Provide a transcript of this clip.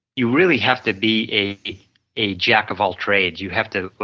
you really have to be a a jack of all trades, you have to,